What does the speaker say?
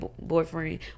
boyfriend